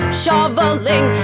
shoveling